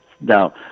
Now